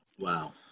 Wow